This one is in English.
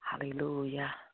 Hallelujah